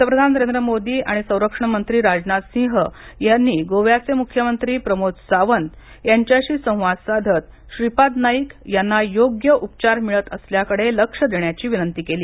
पंतप्रधान नरेंद्र मोदी आणि संरक्षण मंत्री राजनाथ सिंह यांनी गोव्याचे मुख्यमंत्री प्रमोद सावंत यांच्याशी संवाद साधत श्रीपाद नाईक यांना योग्य उपचार मिळत असल्याकडे लक्ष देण्याची विनंती केली